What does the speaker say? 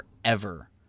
forever